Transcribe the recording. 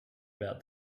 about